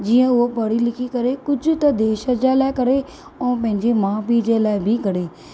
जीअं उहो पढ़ी लिखी करे कुझ त देश जे लाइ करे ऐं पंहिंजे माउ पीउ जी लाइ बि करे